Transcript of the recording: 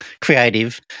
creative